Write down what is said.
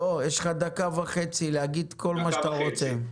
לא, יש לך דקה וחצי להגיד כל מה שאתה רוצה.